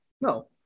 No